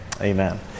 Amen